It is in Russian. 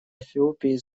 эфиопии